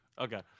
Okay